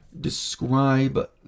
describe